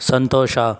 ಸಂತೋಷ